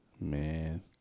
Man